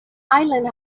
island